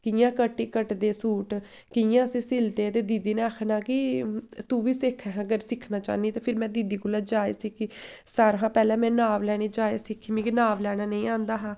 कि'यां कट्टी कटदे सूट कि'यां इस्सी सिलदे ते दीदी ने आखना कि तूं बी सिक्ख हां अगर सिक्खना चाह्न्नीं ते फिर में दीदी कोला जाच सिक्खी सारें शा पैह्लें में नाप लैने दी जाच सिक्खी कि मिगी नाप लैना नेईं औंदा हा